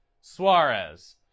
Suarez